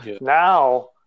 Now